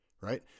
right